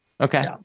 Okay